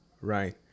Right